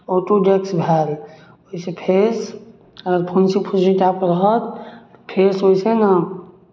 Autodesk भेल ओहिसँ face अगर फुंसी फुंसी टाइप रहत फेस ओहिसँ ने